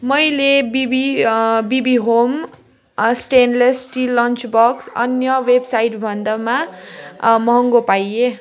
मैले बिबी बिबी home stainless steel lunch box अन्य वेबसाइटभन्दामा महँगो पाएँ